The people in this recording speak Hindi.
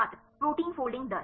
छात्र प्रोटीन फोल्डिंग दर